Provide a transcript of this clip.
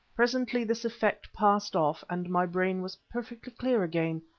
presently this effect passed off, and my brain was perfectly clear again,